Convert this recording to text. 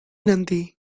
nanti